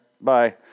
bye